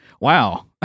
wow